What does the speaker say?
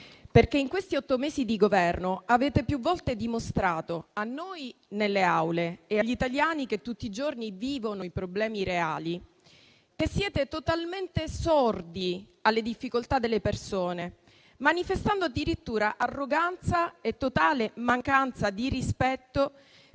perché in questi otto mesi di governo avete più volte dimostrato, a noi nelle Aule e agli italiani che tutti i giorni vivono i problemi reali, che siete totalmente sordi alle difficoltà delle persone, manifestando addirittura arroganza e totale mancanza di rispetto